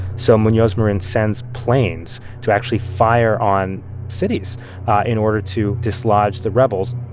so munoz marin sends planes to actually fire on cities in order to dislodge the rebels